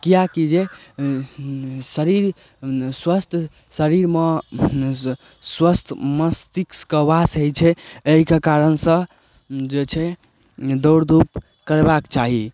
किएकि जे शरीर स्वस्थ शरीरमे स्वस्थ मस्तिष्कके बास होइ छै एहिके कारण सऽ जे छै दौड़ धूप करबाके चाही